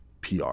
PR